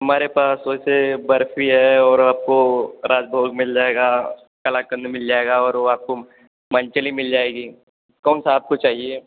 हमारे पास वैसे बर्फी है और आपको राजभोग मिल जाएगा कलाकंद मिल जाएगा और मनचली मिल जाएगी कौन सा आपको चाहिए